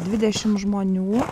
dvidešim žmonių